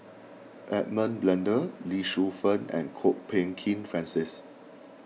Edmund Blundell Lee Shu Fen and Kwok Peng Kin Francis